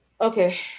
okay